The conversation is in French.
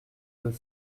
deux